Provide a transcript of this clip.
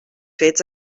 fets